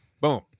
Boom